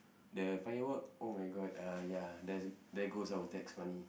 the firework oh-my-god uh ya there there goes our tax money